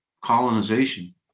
colonization